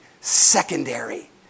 secondary